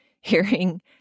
hearing